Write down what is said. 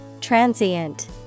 Transient